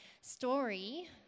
story